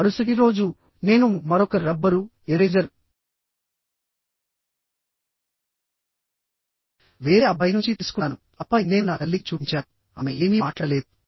మరుసటి రోజు నేను మరొక రబ్బరు ఎరేజర్ వేరే అబ్బాయి నుంచి తీసుకున్నానుఆపై నేను నా తల్లికి చూపించానుఆమె ఏమీ మాట్లాడలేదు